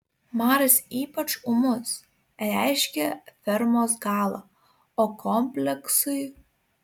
maras ypač ūmus reiškia fermos galą o kompleksui